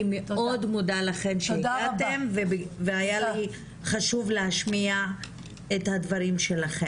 אני מאוד מודה לכן שהגעתן והיה לי חשוב להשמיע את הדברים שלכן.